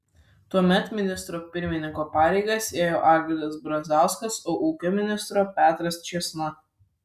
tuomet ministro pirmininko pareigas ėjo algirdas brazauskas o ūkio ministro petras čėsna